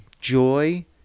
joy